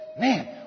man